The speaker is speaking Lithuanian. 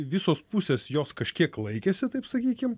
visos pusės jos kažkiek laikėsi taip sakykim